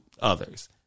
others